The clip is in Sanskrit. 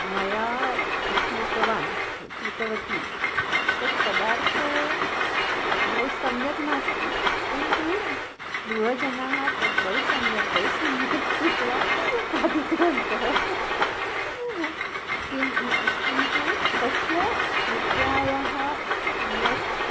मया कृतवान् कृतवती तत् पदार्थः बहु सम्यक् नास्ति किन्तु गृहजनाः तद् बहु सम्यक् बहु सम्यक् कृत्वा खादितवन्तः किन्तु तस्य कृत्याय यत्